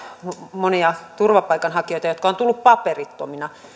monia turvapaikanhakijoita jotka ovat tulleet paperittomina